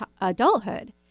adulthood